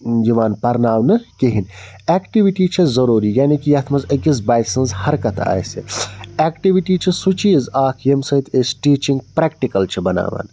یِوان پَرناونہٕ کِہیٖنٛۍ ایٚکٹیٛوٗٹی چھِ ضروٗری یعنی کہِ یَتھ منٛز أکِس بچہِ سٕنٛز حرکَت آسہِ ایٚکٹیٛوٗٹی چھِ سُہ چیٖز اَکھ ییٚمہِ سۭتۍ أسۍ ٹیٖچِنٛگ پرٛیکٹِکَل چھِ بَناون